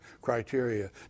criteria